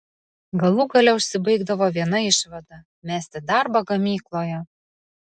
galų gale užsibaigdavo viena išvada mesti darbą gamykloje